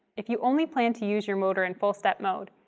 if you only plan to use your motor in full step mode,